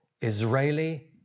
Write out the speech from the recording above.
Israeli